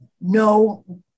no